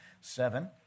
Seven